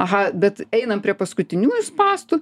aha bet einam prie paskutiniųjų spąstų